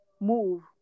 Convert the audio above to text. move